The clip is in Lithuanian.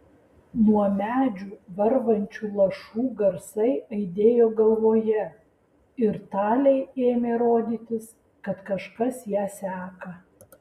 nuo medžių varvančių lašų garsai aidėjo galvoje ir talei ėmė rodytis kad kažkas ją seka